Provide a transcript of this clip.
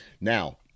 Now